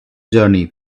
journey